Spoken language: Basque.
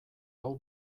hau